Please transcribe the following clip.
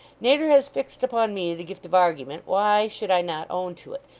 natur has fixed upon me the gift of argeyment, why should i not own to it,